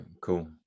cool